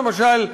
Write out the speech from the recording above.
למשל,